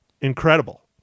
Incredible